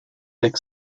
big